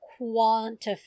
quantify